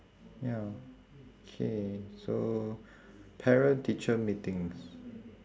ya K so parent teacher meetings